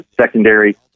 secondary